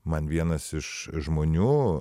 man vienas iš žmonių